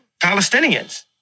Palestinians